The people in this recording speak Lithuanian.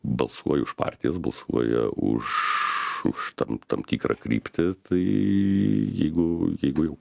balsuoji už partijas balsuoja už už tam tam tikrą kryptį tai jeigu jeigu jau